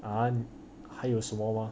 ah 还有什么吗